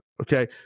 okay